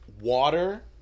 water